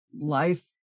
life